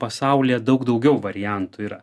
pasaulyje daug daugiau variantų yra